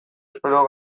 espero